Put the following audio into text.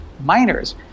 miners